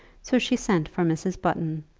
so she sent for mrs. button,